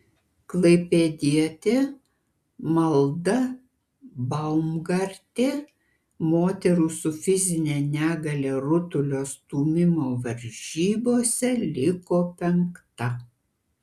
klaipėdietė malda baumgartė moterų su fizine negalia rutulio stūmimo varžybose liko penkta